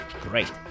Great